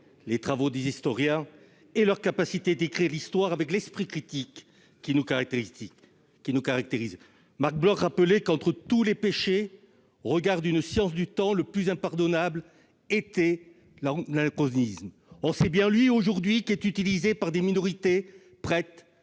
les travaux des historiens et la possibilité pour eux d'écrire l'histoire avec l'esprit critique qui nous caractérise. Marc Bloch rappelait que, entre tous les péchés, au regard d'une science du temps, le plus impardonnable était l'anachronisme. Or c'est bien l'anachronisme qui anime aujourd'hui des minorités prêtes